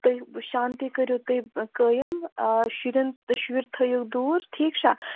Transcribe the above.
تُہۍ شانتی کٔرِو تُہۍ قٲیِم شُرٮ۪ن تہٕ شُرۍ تھٲیِو دوٗر ٹھیٖک چھا